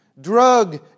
Drug